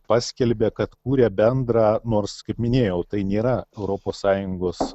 paskelbė kad kūrė bendrą nors kaip minėjau tai nėra europos sąjungos